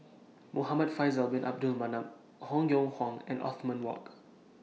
Muhamad Faisal Bin Abdul Manap Han Yong Hong and Othman Wok